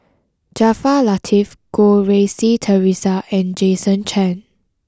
Jaafar Latiff Goh Rui Si Theresa and Jason Chan